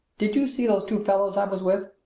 did you see those two fellows i was with?